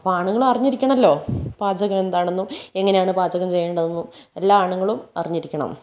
അപ്പോൾ ആണുങ്ങൾ അറിഞ്ഞിരിക്കണമല്ലോ പാചകം എന്താണെന്നും എങ്ങനെയാണ് പാചകം ചെയ്യേണ്ടതെന്നും എല്ലാ ആണുങ്ങളും അറിഞ്ഞിരിക്കണം